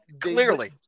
clearly